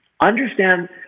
understand